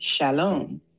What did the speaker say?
Shalom